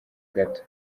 gato